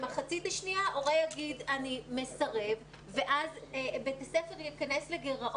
במחצית השנייה הורה יגיד: אני מסרב ואז בית הספר ייכנס לגירעון.